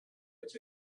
it’s